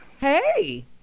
hey